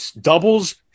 Doubles